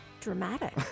Dramatic